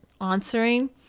answering